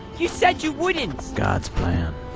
you said you wouldn't! gods' plan